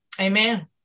Amen